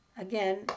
again